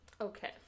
Okay